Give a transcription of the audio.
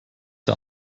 der